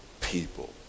people